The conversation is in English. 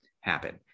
happen